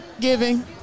giving